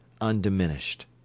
undiminished